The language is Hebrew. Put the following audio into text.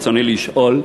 ברצוני לשאול: